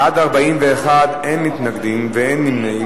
בעד, 41, אין מתנגדים ואין נמנעים.